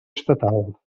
estatal